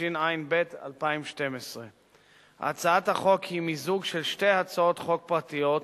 התשע"ב 2012. הצעת החוק היא מיזוג של שתי הצעות חוק פרטיות,